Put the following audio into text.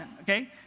okay